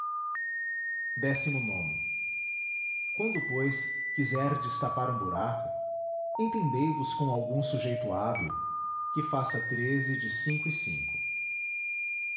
la uando pois quiserdes tapar um buraco entendei vos com algum sujeito hábil que faça treze de cinco e cinco